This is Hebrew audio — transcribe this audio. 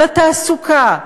על התעסוקה,